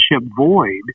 void